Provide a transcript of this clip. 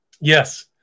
Yes